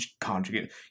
conjugate